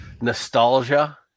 nostalgia